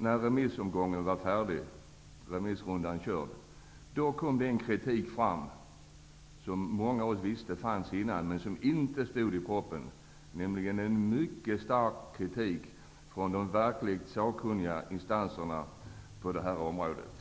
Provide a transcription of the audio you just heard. När remissrundan var färdig kom det fram kritik, som många av oss visste fanns sedan tidigare men som inte stod i propositionen. Det var fråga om mycket stark kritik från de verkligt sakkunniga instanserna på området,